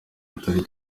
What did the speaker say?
atari